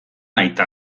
aita